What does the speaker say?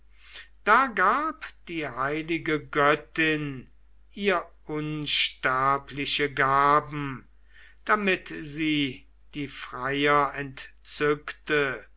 da gab die heilige göttin ihr unsterbliche gaben damit sie die freier entzückte